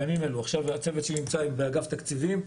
הצוות שלי נמצא באגף תקציבים.